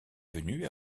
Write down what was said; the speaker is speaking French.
venu